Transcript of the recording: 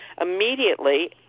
immediately